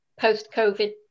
post-Covid